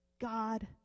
God